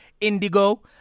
Indigo